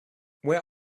where